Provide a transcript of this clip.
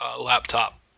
laptop